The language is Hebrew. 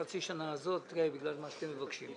בסדר, חצי השנה הזאת בגלל מה שאתם מבקשים.